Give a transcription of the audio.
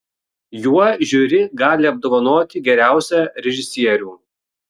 juo žiuri gali apdovanoti geriausią režisierių